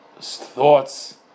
thoughts